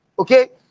Okay